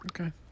Okay